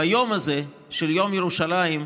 ביום הזה, שהוא יום ירושלים,